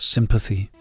Sympathy